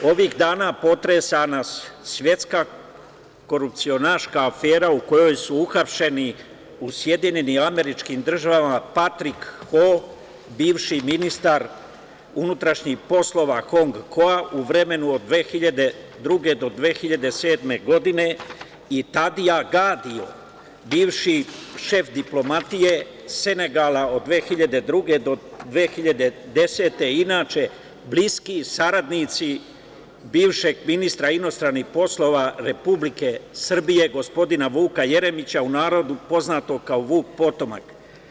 Ovih dana potresa nas svetska korupcionaška afera u kojoj su uhapšeni u SAD Patrik Ho, bivši ministar unutrašnjih poslova Hong Konga u vremenu od 2002. do 2007. godine i Tadijan Gadio, bivši šef diplomatije Senegala od 2002. do 2010. godine, inače, bivši saradnici bivšeg ministra inostranih poslova Republike Srbije gospodina Vuka Jeremića, u narodu poznatog kao Vuk potomak.